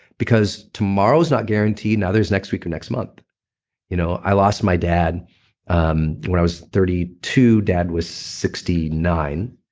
because tomorrow's not guaranteed. neither is next week or next month you know i lost my dad um when i was thirty two, dad was sixty nine.